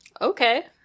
Okay